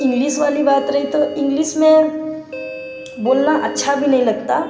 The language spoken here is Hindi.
इंग्लिस वाली बात रही तो इंग्लिस में बोलना अच्छा भी नहीं लगता